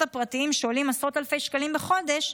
הפרטיים שעולים עשרות אלפי שקלים בחודש,